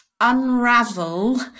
unravel